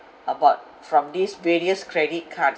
about from these various credit cards